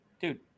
Dude